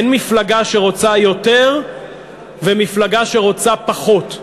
אין מפלגה שרוצה יותר ומפלגה שרוצה פחות.